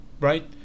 right